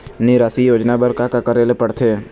निराश्री योजना बर का का करे ले पड़ते?